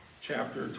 chapter